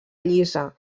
llisa